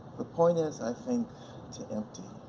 the point is i think to empty.